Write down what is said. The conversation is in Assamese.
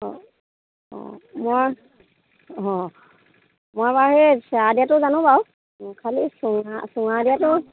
অঁ অঁ মই অঁ মই বাৰু সেই চেৱা দিয়াটো জানো বাৰু খালি চুঙা চুঙা দিয়াটো